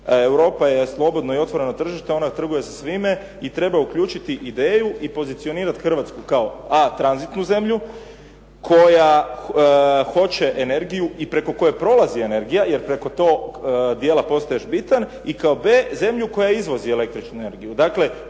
Europa je slobodno i otvoreno tržište. Ona trguje sa svime i treba uključiti ideju i pozicionirati Hrvatsku a) kao tranzitnu zemlju kojoj hoće energiju i preko koje prolazi energija, jer preko tog dijela postaješ bitan i kao b) zemlju koja izvozi električnu energiju.